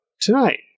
tonight